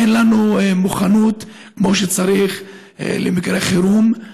אין לנו מוכנות כמו שצריך למקרי חירום,